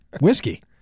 whiskey